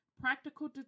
practical